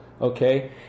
okay